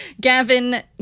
Gavin